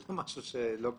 זה לא משהו שלא קיים.